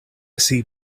see